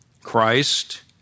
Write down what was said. Christ